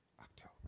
October